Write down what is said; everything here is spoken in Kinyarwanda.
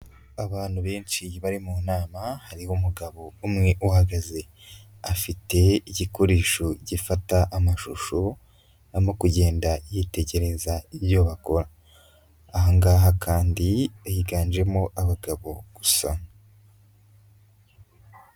Abantu benshi bari mu nama hariho umugabo umwe uhagaze, afite igikoresho gifata amashusho arimo kugenda yitegereza iyo bakora. Aha ngaha kandi higanjemo abagabo gusa.